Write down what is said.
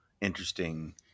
interesting